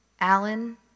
Alan